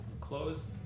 close